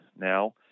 now